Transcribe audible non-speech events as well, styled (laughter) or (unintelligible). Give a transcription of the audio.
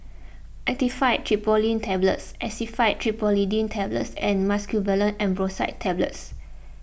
Actifed (unintelligible) Tablets Actifed Triprolidine Tablets and Mucosolvan Ambroxol Tablets